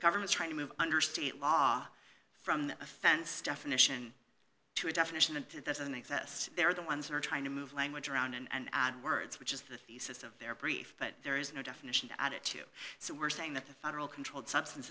government's trying to move under state law from the offense definition to a definition and it doesn't exist they're the ones who are trying to move language around and add words which is the thesis of their brief but there is no definition to add it to so we're saying that the federal controlled substance